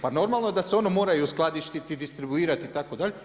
Pa normalno je da se ono mora i uskladištiti, distribuirati itd.